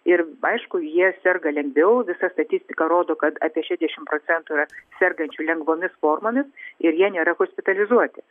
ir aišku jie serga lengviau visa statistika rodo kad apie šešdešimt procentų yra sergančių lengvomis formomis ir jie nėra hospitalizuoti